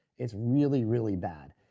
it's really, really bad,